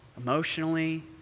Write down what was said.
emotionally